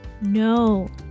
No